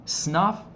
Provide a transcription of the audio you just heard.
snuff